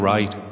Right